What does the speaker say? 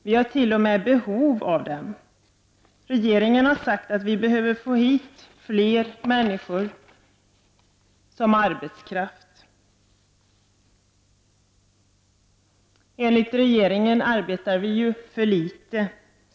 Vi har t.o.m. behov av dem. Regeringen har sagt att vi behöver få hit fler människor som arbetskraft. Enligt regeringen arbetar vi för litet.